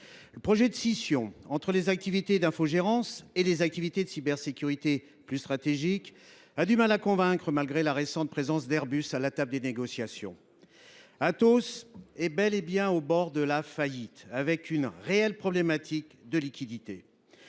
Le projet de scission entre les activités d’infogérance et les activités de cybersécurité plus stratégiques a du mal à convaincre, malgré la récente présence d’Airbus à la table des négociations. Atos est bel et bien au bord de la faillite et confronté à une véritable problématique de liquidité.